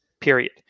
Period